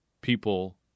people